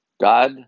God